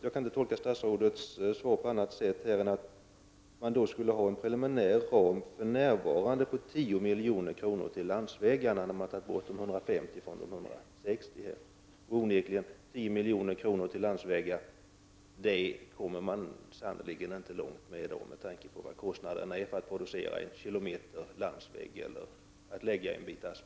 Jag kan inte tolka statsrådets svar på annat sätt än att man för närvarande skulle ha en preliminär ram på 10 milj.kr. till landsvägarna när man tagit bort 150 milj.kr. från den totala ramen på 160 milj.kr. Med 10 milj.kr. till landsvägar kommer man sannerligen inte långt med tanke på vad kostnaden är för att producera 1 km landsväg eller att asfaltera en sträcka.